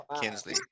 Kinsley